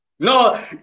No